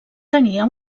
tenia